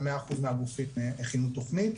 ומאה אחוז מהגופים הכינו תכנית.